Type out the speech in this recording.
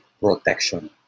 protection